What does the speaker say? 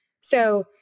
So-